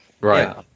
Right